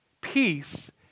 peace